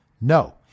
No